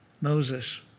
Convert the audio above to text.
Moses